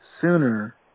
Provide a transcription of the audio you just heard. sooner